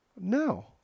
no